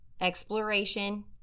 exploration